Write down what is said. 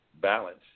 balance